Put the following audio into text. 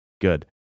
Good